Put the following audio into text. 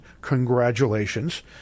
congratulations